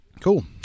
Cool